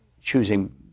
choosing